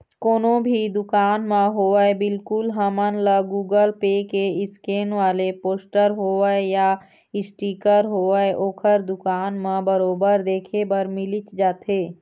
कोनो भी दुकान म होवय बिल्कुल हमन ल गुगल पे के स्केन वाले पोस्टर होवय या इसटिकर होवय ओखर दुकान म बरोबर देखे बर मिलिच जाथे